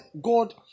God